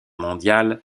mondiale